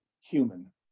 human